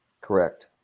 Correct